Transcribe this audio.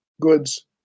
goods